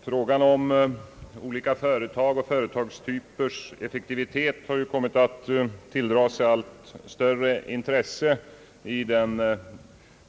Herr talman! Frågan om olika företags och företagstypers effektivitet har kommit att tilldra sig allt större intresse i den